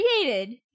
created